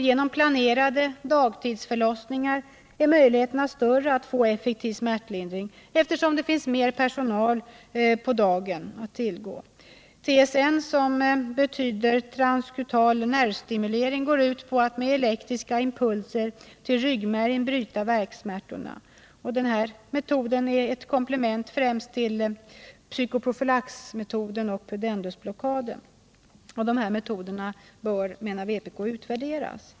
Genom planerade dagtidsförloss ningar är möjligheterna större att få effektiv smärtlindring, eftersom det på dagen finns mer personal att tillgå. TSN, som betyder transkutal nervstimulering, går ut på att med elektriska impulser till ryggmärgen bryta värksmärtorna. Denna metod är ett komplement till främst psykoprofylaxmetoden och pudendusblockaden. Dessa metoder bör, menar vpk, utvärderas.